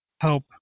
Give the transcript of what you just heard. help